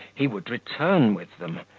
he would return with them,